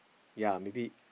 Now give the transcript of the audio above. ya maybe